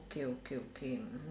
okay okay okay mm